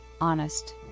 honest